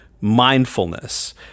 mindfulness